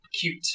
cute